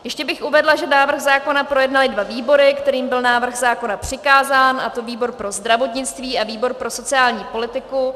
Ještě bych uvedla, že návrh zákona projednaly dva výbory, kterým byl návrh zákona přikázán, a to výbor pro zdravotnictví a výbor pro sociální politiku.